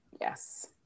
Yes